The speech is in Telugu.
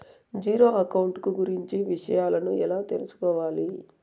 జీరో అకౌంట్ కు గురించి విషయాలను ఎలా తెలుసుకోవాలి?